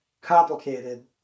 complicated